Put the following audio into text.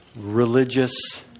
religious